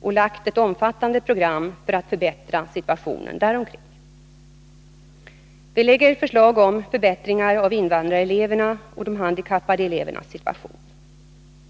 och lagt fram ett omfattande program för att förbättra situationen. Vi lägger fram förslag om förbättringar för invandrarelever och handikappade elever.